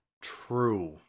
True